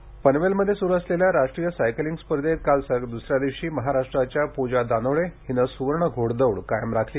cycling पनवेलमध्ये सुरू असलेल्या राष्ट्रीय सायकलिंग स्पर्धेत काल सलग दुसऱ्या दिवशी महाराष्ट्राच्या प्रजा दानोळे हिनं सुवर्ण घोडदौड कायम राखली